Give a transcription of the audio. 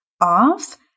off